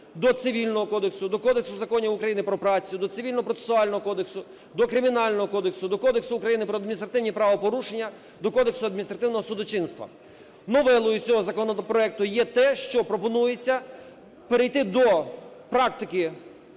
До Цивільного кодексу, до Кодексу законів України про працю, до Цивільного процесуального кодексу, до Кримінального кодексу, до Кодексу України про адміністративні правопорушення, до Кодексу адміністративного судочинства. Новелою цього законопроекту є те, що пропонується перейти до практики